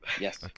Yes